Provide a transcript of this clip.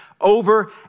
over